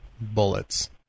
bullets